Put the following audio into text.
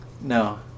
No